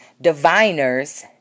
diviners